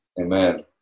amen